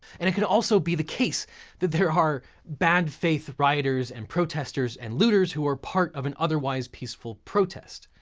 and it could also be the case that there are bad faith rioters and protesters and looters who are part of an otherwise peaceful protest,